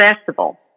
festival